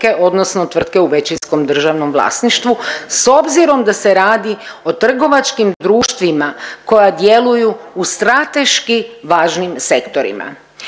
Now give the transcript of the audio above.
odnosno tvrtke u većinskom državnom vlasništvu s obzirom da se radi o trgovačkim društvima koja djeluju i strateški važnim sektorima.